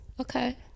Okay